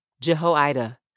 Jehoiada